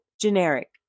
generic